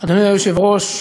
אדוני היושב-ראש,